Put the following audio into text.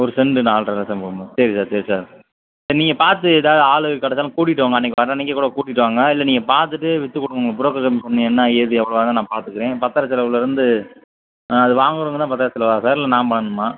ஒரு செண்டு நால்ரை லட்சம் போகுமா சரி சார் சரி சார் நீங்கள் பார்த்து ஏதாவது ஆள் கெடைச்சாலும் கூட்டிட்டு வாங்க அன்னைக்கி வர்ற அன்னைக்கே கூட கூட்டிட்டு வாங்க இல்லை நீங்கள் பார்த்துட்டு விற்றுக் கொடுங்க உங்கள் புரோக்கர் கமிஷன் என்ன ஏது எவ்வளோ ஆகுதுன்னு நான் பார்த்துக்குறேன் பத்திர செலவுலேர்ந்து அது வாங்குகிறவங்க தான் பத்திர செலவா சார் இல்லை நான் பண்ணணுமா